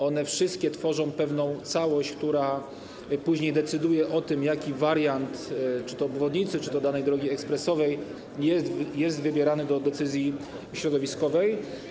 One wszystkie tworzą pewną całość, która później decyduje o tym, jaki wariant czy to obwodnicy, czy to danej drogi ekspresowej jest wybierany do decyzji środowiskowej.